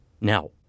Now